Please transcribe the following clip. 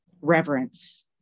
reverence